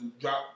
drop